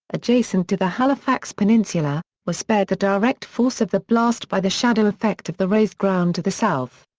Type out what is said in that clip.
adjacent to the halifax peninsula, was spared the direct force of the blast by the shadow effect of the raised ground to the south.